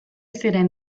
ziren